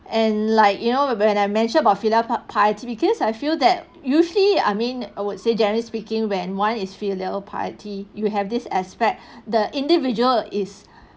and like you know when I mention about filial pie~ piety because I feel that usually I mean I would say generally speaking when one is filial piety you have this aspect the individual is